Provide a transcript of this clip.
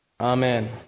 Amen